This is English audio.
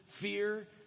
fear